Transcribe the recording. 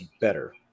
better